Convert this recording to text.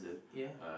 ya